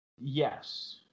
Yes